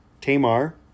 Tamar